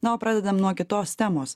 na o pradedam nuo kitos temos